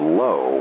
low